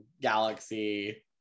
galaxy